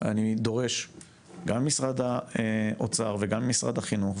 אני דורש גם ממשרד וגם ממשרד החינוך,